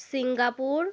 Singapore